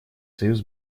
союз